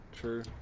true